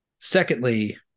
Secondly